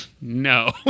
No